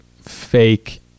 fake